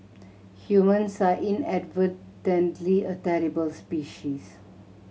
humans are inadvertently a terrible species